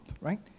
right